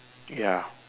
ya